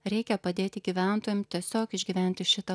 reikia padėti gyventojam tiesiog išgyventi šitą